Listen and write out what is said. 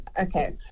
okay